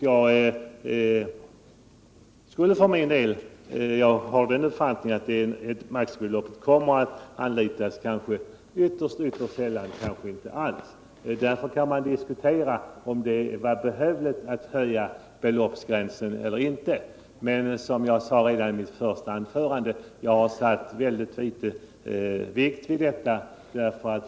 Jag har den uppfattningen att maximiavdraget kommer att utnyttjas ytterst sällan, kanske inte alls. Därför kan man diskutera om det var behövligt att höja beloppsgränsen. Men jag har, som jag sade redan i mitt första anförande, lagt mycket liten vikt vid maximigränsen.